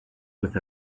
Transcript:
with